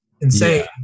Insane